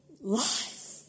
life